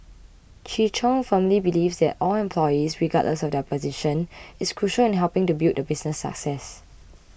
Chi Chung firmly believes that all employees regardless of their position is crucial in helping to build the business success